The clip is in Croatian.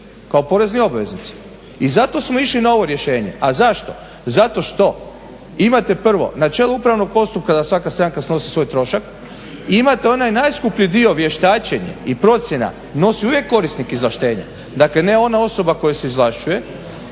kao porezni obveznici. I zato smo išli na ovo rješenje. A zašto? Zato što imate prvo, na čelu upravnog postupka da svaka stranka snosi svoj trošak, imate onaj najskuplji dio vještačenje i procjena, nosi uvijek korisnik izvlaštenja, dakle ne ona osoba koja se izvlašćuje.